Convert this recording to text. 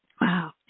Wow